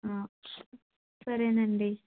సరేనండి